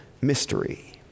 mystery